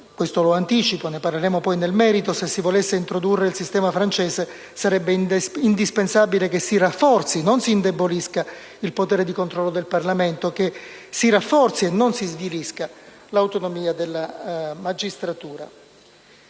(questo lo anticipo, ma ne parleremo poi nel merito), se si volesse introdurre il sistema francese sarebbe indispensabile che si rafforzi e non si indebolisca il potere di controllo del Parlamento, che si rafforzi e non si svilisca l'autonomia della magistratura.